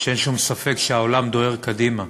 שאין שום ספק שהעולם דוהר קדימה,